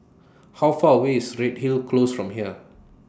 How Far away IS Redhill Close from here